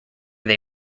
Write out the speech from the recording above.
they